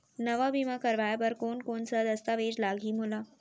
नवा बीमा करवाय बर कोन कोन स दस्तावेज लागही मोला?